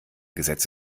gesetz